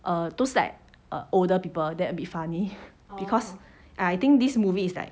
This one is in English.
are those like older people that it'd be funny because I think this movie is like